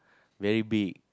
very big